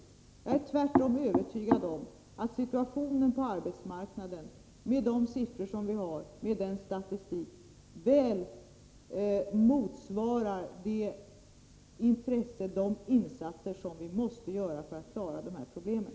Jag är tvärtom övertygad om att de siffror och den statistik vi har över situationen på arbetsmarknaden väl motsvarar det intresse vi måste ägna detta och de insatser vi måste göra för att lösa problemen.